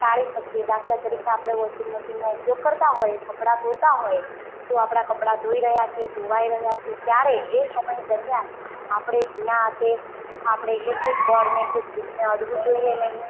ટાળી શકીએ દાખલા તરીકે આપણે વોશિંગ મશિનનો ઉપયોગ કરતા હોય કપડાં ધોતાં હોય તો આપણાં કપડાં ધોઈ રહ્યાં છે ધોવાઇ રહ્યાં છે ત્યારે એ સમય દરમ્યાન આપણે ભીના હાથે આપણે ઇલેક્ટ્રિક બોર્ડને કે સ્વીચ બોર્ડને અડવું જોઇએ નહીં